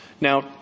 Now